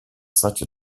such